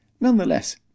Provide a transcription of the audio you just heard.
Nonetheless